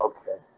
Okay